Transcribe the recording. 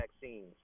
vaccines